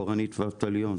קורנית ואבטליון.